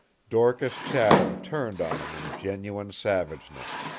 dorcas chatham turned on him in genuine savageness.